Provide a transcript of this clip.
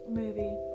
movie